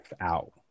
out